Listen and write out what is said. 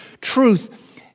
truth